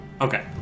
Okay